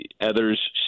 others